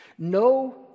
No